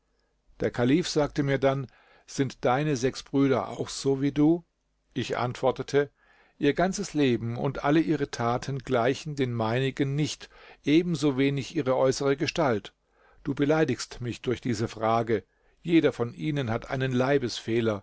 der kalif sagte mir dann sind deine sechs brüder auch so wie du ich antwortete ihr ganzes leben und alle ihre taten gleichen den meinigen nicht ebensowenig ihre äußere gestalt du beleidigst mich durch diese frage jeder von ihnen hat einen